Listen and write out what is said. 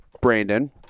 Brandon